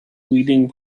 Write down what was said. leading